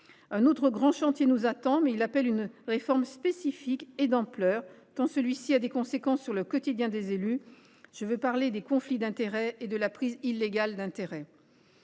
Un autre grand chantier nous attend, mais il requiert une réforme spécifique et d’ampleur, tant il aura des conséquences sur le quotidien des élus : je veux parler des conflits d’intérêts et de la prise illégale d’intérêts,